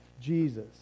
Jesus